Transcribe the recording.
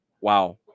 wow